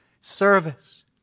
service